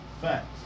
Facts